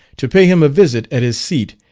to pay him a visit at his seat,